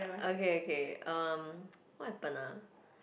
okay okay um what happen ah